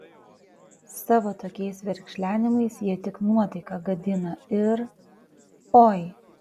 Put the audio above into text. savo tokiais verkšlenimais jie tik nuotaiką gadina ir oi